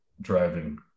driving